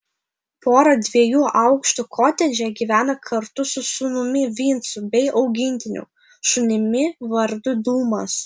pora dviejų aukštų kotedže gyvena kartu su sūnumi vincu bei augintiniu šunimi vardu dūmas